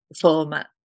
format